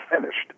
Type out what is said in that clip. finished